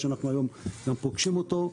שאנחנו היום גם פוגשים אותו.